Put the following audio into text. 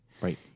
Right